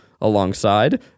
alongside